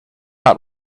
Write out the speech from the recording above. not